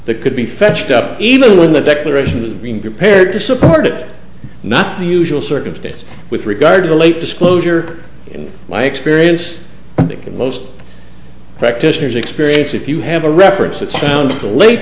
that could be fetched up even when the declaration was being prepared to support it not the usual circumstance with regard to the late disclosure in my experience because most practitioners experience if you have a reference that sound to late